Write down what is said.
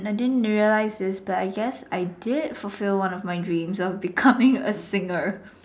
I didn't realise this but I guess I did fulfill one of my dreams of becoming a singer